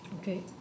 Okay